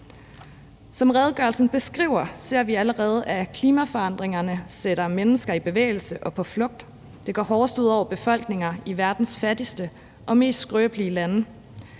Som redegørelsen beskriver, ser vi allerede, at klimaforandringerne sætter mennesker i bevægelse og på flugt. Det går hårdest ud over befolkningen i verdens fattigste og mest skrøbelige lande,